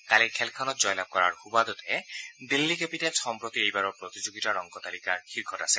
কালিৰ খেলখনত জয়লাভ কৰাৰ সুবাদতে দিল্লী কেপিটেলছ সম্প্ৰতি এইবাৰৰ প্ৰতিযোগিতাৰ অংক তালিকাৰ শীৰ্ষত আছে